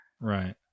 Right